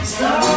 Stop